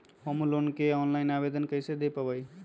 Home loan के online आवेदन कैसे दें पवई?